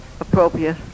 appropriate